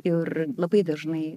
ir labai dažnai